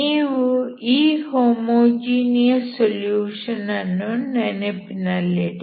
ನೀವು ಈ homogeneous solution ಅನ್ನು ನೆನಪಿನಲ್ಲಿಡಿ